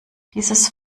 dieses